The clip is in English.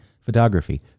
photography